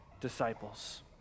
disciples